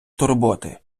турботи